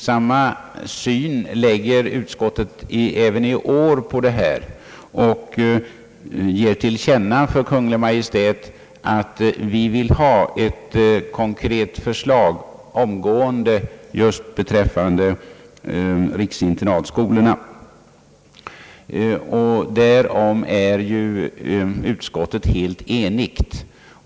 Samma synpunkter lägger utskottet även i år på detta problem då det ger till känna för Kungl. Maj:t att man omgående vill ha ett konkret förslag just beträffande riksinternatskolorna. Därom är utskottet helt enigt.